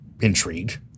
intrigued